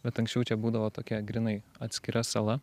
bet anksčiau čia būdavo tokia grynai atskira sala